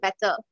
better